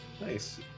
Nice